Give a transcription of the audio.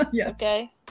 okay